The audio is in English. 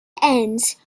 ends